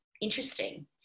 interesting